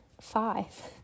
five